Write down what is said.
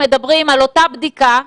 הם מדברים על אותה בדיקה,